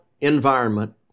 environment